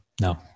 no